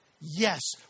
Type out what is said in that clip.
Yes